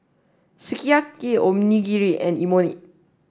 Sukiyaki Onigiri and Imoni